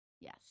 Yes